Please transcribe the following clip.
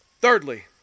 Thirdly